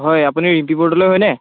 হয় আপুনি ৰিম্পী বৰদলৈ হয়নে